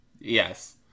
yes